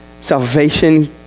salvation